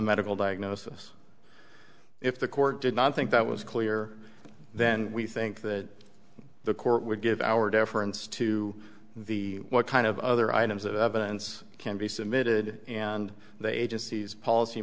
medical diagnosis if the court did not think that was clear then we think that the court would give our deference to the what kind of other items of evidence can be submitted and they agency's policy